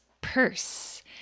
purse